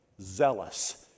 zealous